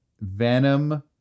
Venom